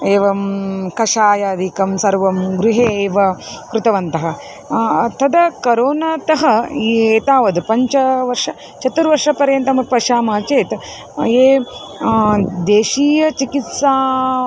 एवं कषायादिकं सर्वं गृहे एव कृतवन्तः तद करोनातः एतावत् पञ्चवर्ष चतुर्वर्षपर्यन्तं पश्यामः चेत् ये देशीयचिकित्साम्